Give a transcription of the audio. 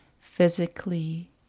physically